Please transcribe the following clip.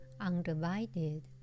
undivided